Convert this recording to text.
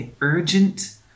urgent